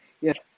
Yes